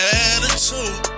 attitude